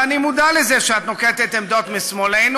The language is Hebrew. ואני מודע לזה שאת נוקטת עמדות משמאלנו,